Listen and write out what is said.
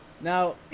Now